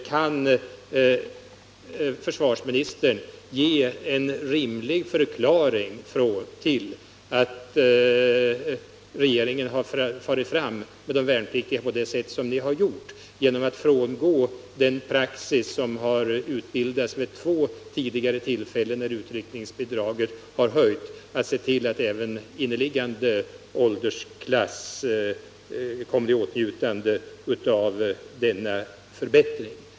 Kan försvarsministern ge en rimlig förklaring till att regeringen har farit fram med de värnpliktiga som den har gjort genom att frångå den praxis som utbildats vid två tidigare tillfällen när utryckningsbidraget höjdes? Även den inneliggande åldersklassen bör komma i åtnjutande av denna förbättring.